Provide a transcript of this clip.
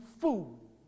fool